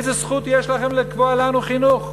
איזה זכות יש לכם לקבוע לנו חינוך?